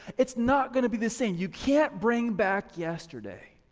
it's not gonna be the same, you can't bring back yesterday.